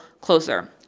closer